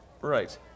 Right